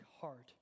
heart